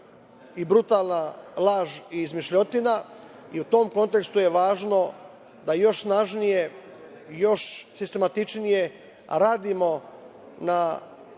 i brutalna laž i izmišljotina, i u tom kontekstu je važno da još snažnije i još sistematičnije radimo na